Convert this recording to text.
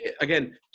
again